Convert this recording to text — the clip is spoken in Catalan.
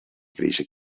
creixen